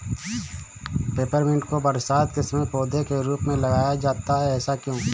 Peppermint को बरसात के समय पौधे के रूप में लगाया जाता है ऐसा क्यो?